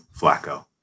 Flacco